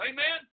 Amen